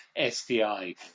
SDI